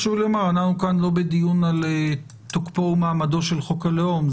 חשוב לומר שאנחנו לא מנהלים דיון על תוקפו ומעמדו של חוק הלאום,